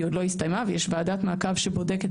היא עוד לא הסתיימה ויש ועדת מעקב שבודקת